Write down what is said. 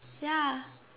ya